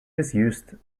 misused